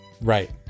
Right